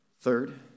third